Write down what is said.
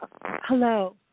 Hello